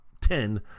ten